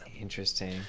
interesting